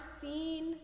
seen